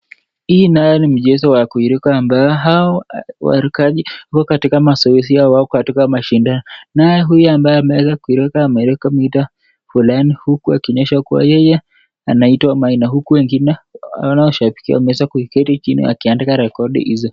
Hii naye ni mjezo wa kuiruka ambaye hao warukaji wako katika masozi yao wako katika mashindano. Naye huyu ambaye ameweza kuiruka ameweka mita fulani huku akionyesha kuwa yeye anaitwa Maina huku wengine wanaoshapikia wameweza kuiketi chini akiandika rekodi hizo.